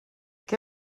què